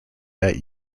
that